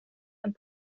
and